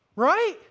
right